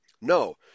No